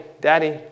daddy